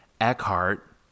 Eckhart